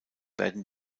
werden